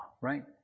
right